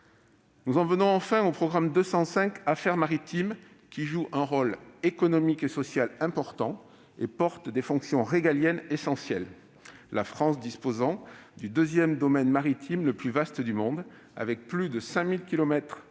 viens, pour finir, au programme 205, « Affaires maritimes », qui joue un rôle économique et social important et qui porte des fonctions régaliennes essentielles, la France disposant du deuxième domaine maritime le plus vaste du monde, avec plus de 5 000 kilomètres de côtes